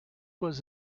was